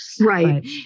Right